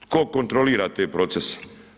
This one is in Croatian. Tko kontrolira te procese?